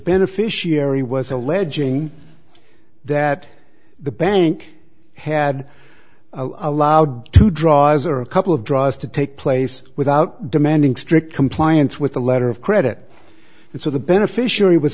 beneficiary was alleging that the bank had allowed to draws or a couple of draws to take place without demanding strict compliance with the letter of credit and so the beneficiary was